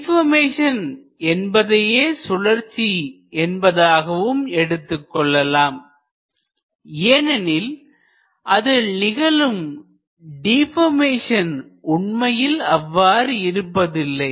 அதேபோல டிபர்மேசன் என்பதையே சுழற்சி என்பதாகவும் எடுத்துக் கொள்ளலாம் ஏனெனில் அதில் நிகழும் டிபர்மேசன் உண்மையில் அவ்வாறு இருப்பதில்லை